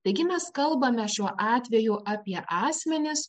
taigi mes kalbame šiuo atveju apie asmenis